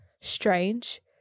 strange